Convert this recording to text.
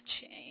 change